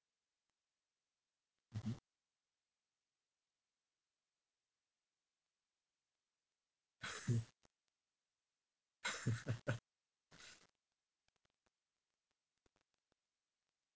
mmhmm